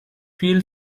feel